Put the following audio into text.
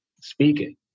speaking